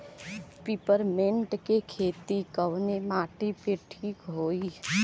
Peppermint के खेती कवने माटी पे ठीक होई?